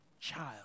child